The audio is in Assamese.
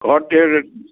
ঘৰত